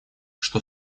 что